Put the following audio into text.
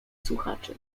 słuchaczy